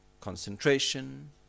concentration